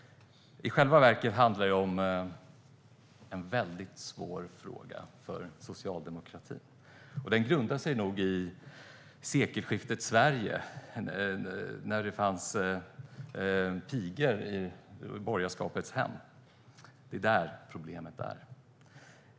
I själva verket handlar det om en mycket svår fråga för socialdemokratin. Den grundar sig nog i sekelskiftets Sverige då det fanns pigor i borgerskapets hem. Det är där problemet är.